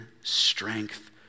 strength